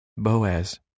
Boaz